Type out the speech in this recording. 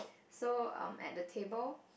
so um at the table